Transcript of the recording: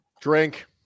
Drink